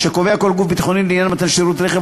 שקובע כל גוף ביטחוני לעניין מתן שירות רכב,